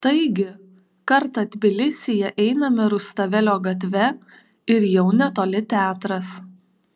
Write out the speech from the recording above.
taigi kartą tbilisyje einame rustavelio gatve ir jau netoli teatras